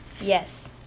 yes